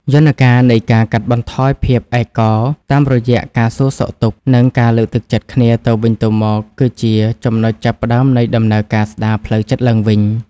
យន្តការនៃការកាត់បន្ថយភាពឯកោ តាមរយៈការសួរសុខទុក្ខ និងការលើកទឹកចិត្តគ្នាទៅវិញទៅមក គឺជាចំណុចចាប់ផ្ដើមនៃដំណើរការស្ដារផ្លូវចិត្តឡើងវិញ។